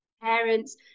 parents